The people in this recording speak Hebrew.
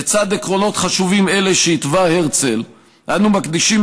לצד עקרונות חשובים אלה שהתווה הרצל אנו מקדישים